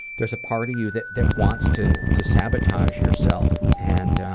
theres a part of you that that wants to to sabotage yourself and